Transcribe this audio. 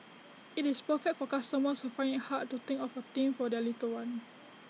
IT is perfect for customers who find IT hard to think of A theme for their little one